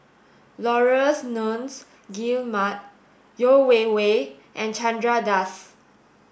Laurence Nunns Guillemard Yeo Wei Wei and Chandra Das